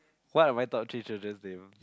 what are my top three children's names